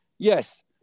Yes